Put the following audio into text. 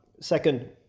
Second